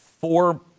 four